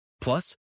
Plus